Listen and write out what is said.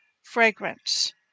fragrance